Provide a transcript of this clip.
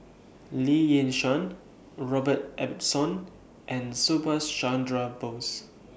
Lee Yi Shyan Robert Ibbetson and Subhas Chandra Bose